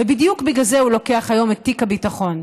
ובדיוק בגלל זה הוא לוקח היום את תיק הביטחון.